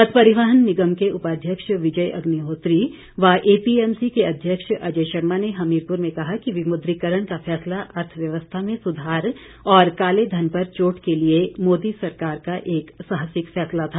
पथ परिवहन निगम के उपाध्यक्ष विजय अग्निहोत्री व एपीएमसी के अध्यक्ष अजय शर्मा ने हमीरपुर में कहा कि विमुद्रीकरण का फैसला अर्थव्यवस्था में सुधार और काले धन पर चोट के लिए मोदी सरकार का एक साहसिक फैसला था